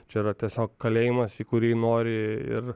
čia yra tiesiog kalėjimas į kurį nori ir